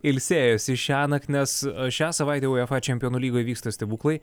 ilsėjosi šiąnakt nes šią savaitę uefa čempionų lygoje vyksta stebuklai